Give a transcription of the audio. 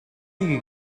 wiege